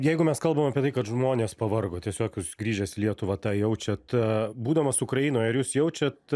jeigu mes kalbam apie tai kad žmonės pavargo tiesiog grįžęs į lietuvą tą jaučiat būdamas ukrainoj ar jūs jaučiat